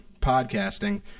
podcasting